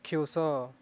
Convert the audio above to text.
ଚାକ୍ଷୁଷ